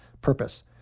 Purpose